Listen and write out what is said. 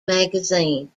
magazine